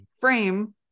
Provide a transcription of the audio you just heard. frame